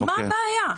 מה הבעיה,